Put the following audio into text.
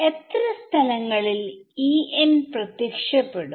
എത്ര സ്ഥലങ്ങളിൽപ്രത്യക്ഷപ്പെടും